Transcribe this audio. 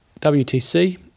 WTC